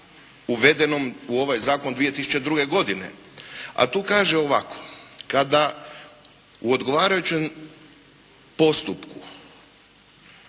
uvedenom u ovaj zakon 2002. godine a tu kaže ovako: "Kada u odgovarajućem postupku